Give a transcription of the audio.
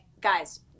guys